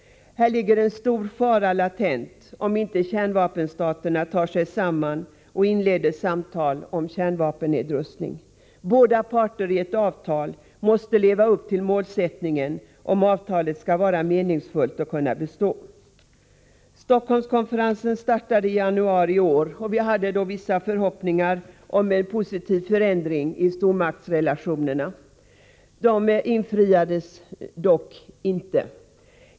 Här ligger en stor latent fara, om inte kärnvapenstaterna tar sig samman och inleder samtal om kärnvapennedrustning. Båda parter i ett avtal måste leva upp till målsättningen, om avtalet skall bli meningsfullt och kunna bestå. Stockholmskonferensen startade i januari i år, och vi hade då vissa förhoppningar om en positiv förändring i stormaktsrelationerna. De infriades dock inte.